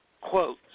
Quote